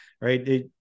right